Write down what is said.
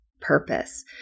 purpose